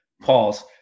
pause